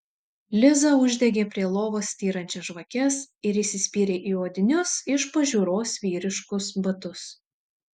liza uždegė prie lovos styrančias žvakes ir įsispyrė į odinius iš pažiūros vyriškus batus